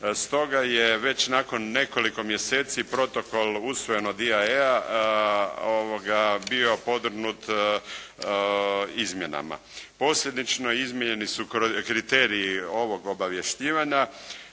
Stoga je već nakon nekoliko mjeseci protokol usvojen od EIA-a bio podvrgnut izmjenama. Posljedično izmijenjeni su kriteriji ovog obavještivanja